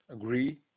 agree